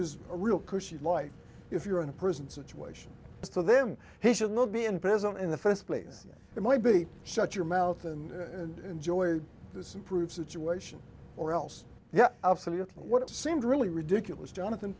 is a real cushy life if you're in a prison situation for them he should not be in prison in the first place it might be shut your mouth and enjoy this improve situation or else yeah absolutely what seemed really ridiculous jonathan